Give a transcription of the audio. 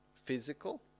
physical